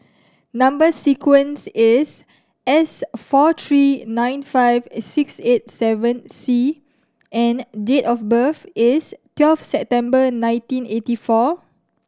number sequence is S four three nine five six eight seven C and date of birth is twelve September nineteen eighty four